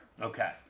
Okay